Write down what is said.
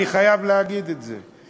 אני חייב להגיד את זה.